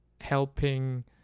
helping